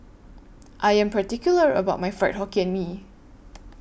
I Am particular about My Fried Hokkien Mee